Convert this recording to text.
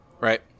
right